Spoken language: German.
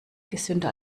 gesünder